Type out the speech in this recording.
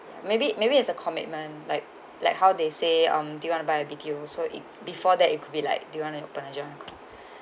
maybe maybe as a commitment like like how they say um do you want to buy a B_T_O so it before that it could be like do you want to open a joint account